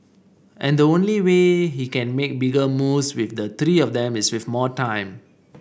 and the only way he can make bigger moves with the three of them is with more time